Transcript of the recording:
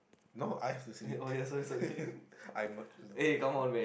no I have to read I'm not choosy